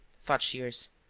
thought shears,